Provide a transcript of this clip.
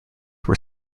were